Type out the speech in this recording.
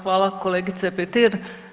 Hvala kolegice Petir.